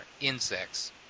insects